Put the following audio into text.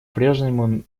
прежнему